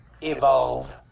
Evolve